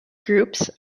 groups